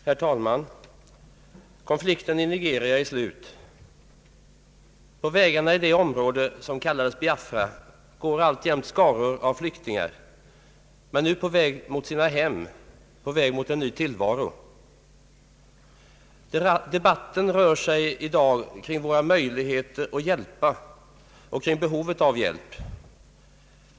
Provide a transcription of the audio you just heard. Herr talman! Konflikten i Nigeria är slut. På vägarna i det område som kallades Biafra går alltjämt skaror av flyktingar, men nu på väg mot sina hem, på väg mot en ny tillvaro. Debatten rör sig i dag kring våra möjligheter att hjälpa och kring behovet av hjälp.